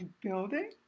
building